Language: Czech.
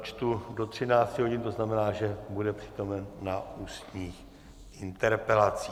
Čtu do 13 hodin, to znamená, že bude přítomen na ústních interpelacích.